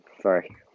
Sorry